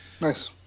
nice